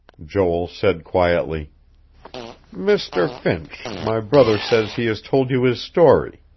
joel said quietly mr. finch, my brother says he has told you his story.